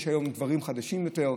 יש היום דברים חדשים יותר,